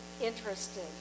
interested